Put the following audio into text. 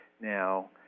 Now